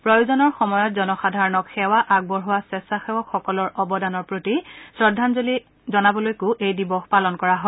প্ৰয়োজনৰ সময়ত জনসাধাৰণক সেৱা আগবঢ়োৱা সেচ্ছাসেৱক সকলৰ অৱদানৰ প্ৰতি শ্ৰদ্ধাঞ্জলি জনাবলৈকো এই দিৱস পালন কৰা হয়